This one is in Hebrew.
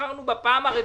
שנבחרנו בפעם הרביעית,